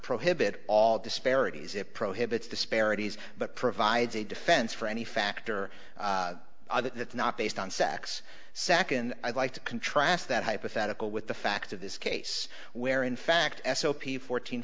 prohibit all disparities it prohibits disparities but provides a defense for any factor that's not based on sex second i'd like to contrast that hypothetical with the facts of this case where in fact s o p fourteen